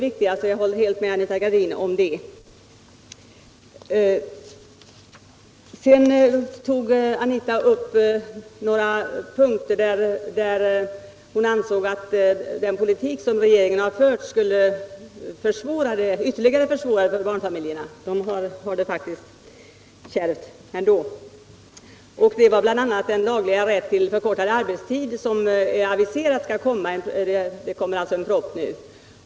Jag håller helt med Anita Gradin om att det är detta som är det viktigaste. Sedan ansåg Anita Gradin att den politik som regeringen har fört ytterligare försvårar för barnfamiljerna, som har det kärvt ändå. Hon anförde bl.a. den lagliga rätten till förkortad arbetstid, om vilken en proposition aviserats.